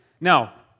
Now